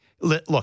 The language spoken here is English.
look